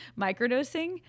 microdosing